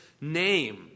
name